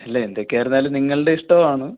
അല്ല എന്തൊക്കെ ആയിരുന്നാലും നിങ്ങളുടെ ഇഷ്ടവാണ്